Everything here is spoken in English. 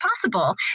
possible